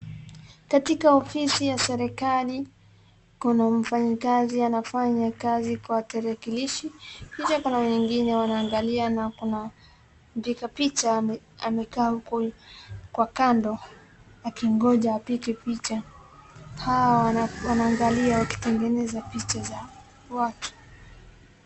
Katika ofisi ya serikali, kuna mfanyikazi anafanya kazi kwa tarakilishi, kisha kuna wengine wanaangalia na kuna mpiga picha amekaa kwa kando akingoja apige picha. Hawa wanaangalia wakitengeneza picha za watu.